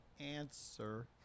answer